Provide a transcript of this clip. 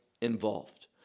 involved